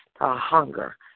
hunger